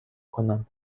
کنم